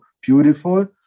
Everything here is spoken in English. beautiful